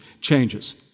changes